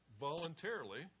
voluntarily